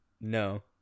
No